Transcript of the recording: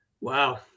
Wow